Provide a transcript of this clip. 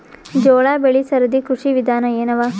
ಜೋಳ ಬೆಳಿ ಸರದಿ ಕೃಷಿ ವಿಧಾನ ಎನವ?